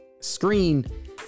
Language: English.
screen